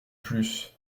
plus